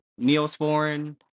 Neosporin